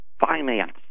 Finance